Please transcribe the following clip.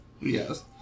Yes